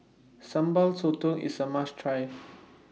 Sambal Sotong IS A must Try